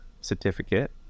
certificate